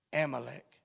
Amalek